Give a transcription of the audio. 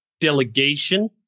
delegation